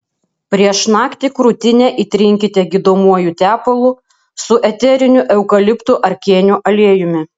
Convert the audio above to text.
prieš naktį krūtinę įtrinkite gydomuoju tepalu su eteriniu eukaliptų ar kėnių aliejumi